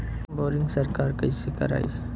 Boring सरकार कईसे करायी?